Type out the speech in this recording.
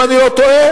אם אני לא טועה,